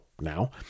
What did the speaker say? now